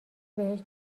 بهشت